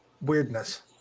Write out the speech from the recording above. weirdness